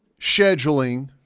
scheduling